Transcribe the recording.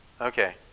Okay